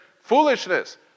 foolishness